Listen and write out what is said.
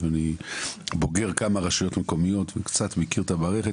אני בוגר כמה רשויות מקומיות וקצת מכיר את המערכת.